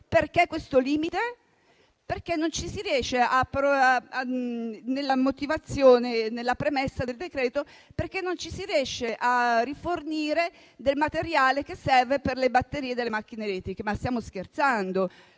del provvedimento, non ci si riesce a rifornire del materiale che serve per le batterie delle macchine elettriche. Ma stiamo scherzando!